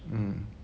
mm